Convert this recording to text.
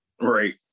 right